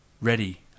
ready